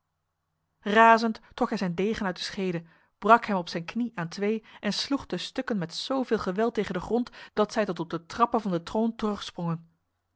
razend trok hij zijn degen uit de schede brak hem op zijn knie aan twee en sloeg de stukken met zoveel geweld tegen de grond dat zij tot op de trappen van de troon terugsprongen